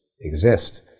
exist